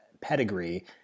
pedigree